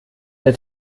der